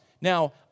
Now